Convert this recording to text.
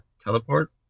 teleport